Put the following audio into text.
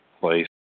place